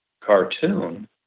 cartoon